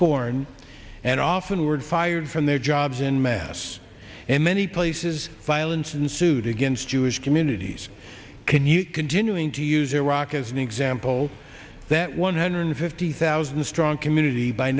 scorn and often word fired from their jobs in mass and many places violence ensued against jewish communities can you continuing to use iraq as an example that one hundred fifty thousand strong community by